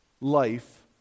life